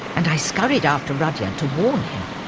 and i scurried after rudyard to warn him.